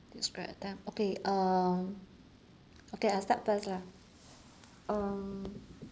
describe a time okay uh okay I start first lah um